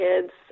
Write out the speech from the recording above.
kids